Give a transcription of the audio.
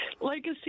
legacy